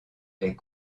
est